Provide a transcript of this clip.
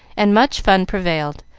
and much fun prevailed,